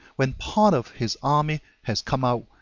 when part of his army has come out,